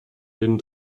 denen